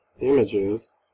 images